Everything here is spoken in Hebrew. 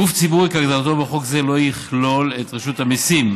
גוף ציבורי כהגדרתו בחוק זה לא יכלול את רשות המיסים.